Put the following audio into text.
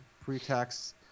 pre-tax